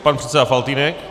Pan předseda Faltýnek.